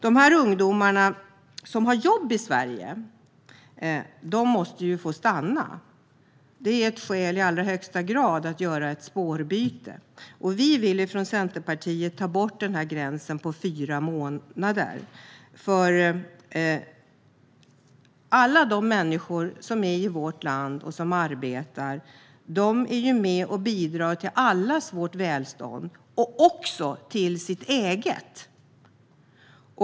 De ungdomar som har jobb i Sverige måste få stanna. Det är i allra högsta grad ett skäl att göra ett spårbyte. Centerpartiet vill ta bort gränsen på fyra månader. Alla människor i vårt land som arbetar är med och bidrar till allas vårt välstånd och till sitt eget.